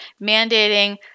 mandating